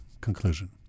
conclusion